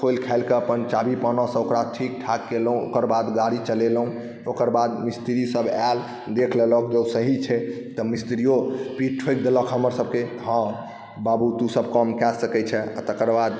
खोलि खालि कऽ अपन चाभी पानासँ ओकरा ठीक ठाक केलहुँ ओकर बाद गाड़ी चलेलहुँ ओकर बाद मिस्त्रीसभ आयल देख लेलक जे ओ सही छै तऽ मिस्त्रियो पीठ ठोकि देलक हमरसभके हँ बाबू तू सभ काम कऽ सकैत छह आ तकर बाद